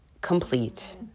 complete